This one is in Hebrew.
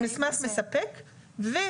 כן.